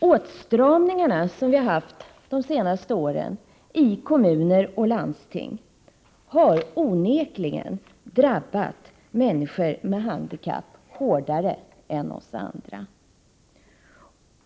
De senaste årens åtstramningar i kommuner och landsting har onekligen drabbat människor med handikapp hårdare än oss andra.